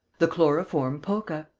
the chloroform polka.